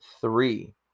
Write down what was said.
three